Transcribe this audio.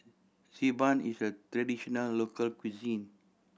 Xi Ban is a traditional local cuisine